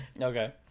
Okay